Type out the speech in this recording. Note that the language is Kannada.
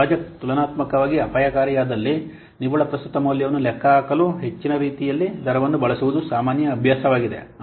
ಪ್ರಾಜೆಕ್ಟ್ ತುಲನಾತ್ಮಕವಾಗಿ ಅಪಾಯಕಾರಿಯಾದಲ್ಲಿ ನಿವ್ವಳ ಪ್ರಸ್ತುತ ಮೌಲ್ಯವನ್ನು ಲೆಕ್ಕಹಾಕಲು ಹೆಚ್ಚಿನ ರಿಯಾಯಿತಿ ದರವನ್ನು ಬಳಸುವುದು ಸಾಮಾನ್ಯ ಅಭ್ಯಾಸವಾಗಿದೆ